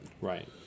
Right